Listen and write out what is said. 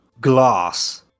glass